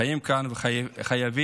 חיים כאן, וחייבים